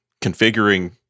configuring